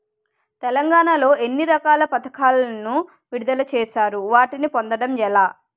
తెలంగాణ లో ఎన్ని రకాల పథకాలను విడుదల చేశారు? వాటిని పొందడం ఎలా?